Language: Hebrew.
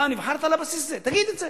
אתה נבחרת על הבסיס הזה, תגיד את זה.